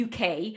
UK